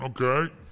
Okay